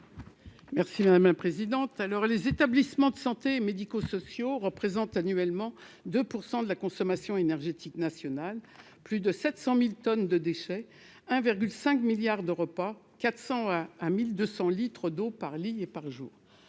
Merci madame un président à heure les établissements de santé médicaux sociaux représentent annuellement 2 % de la consommation énergétique nationale, plus de 700000 tonnes de déchets 1,5 milliards de repas 401200 litres d'eau par lit et par jour,